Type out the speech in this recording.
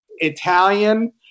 italian